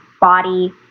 body